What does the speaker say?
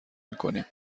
میکنیم